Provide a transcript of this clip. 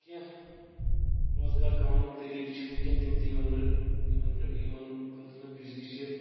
تہٕ کینٛہہ روزگار کماونٕکۍ طٔریٖقہٕ چھِ وٕنکؠن تِم تہِ یِمن نہٕ یِمن خٲطرٕ نہٕ بِجلی چھِ